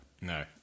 No